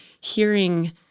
hearing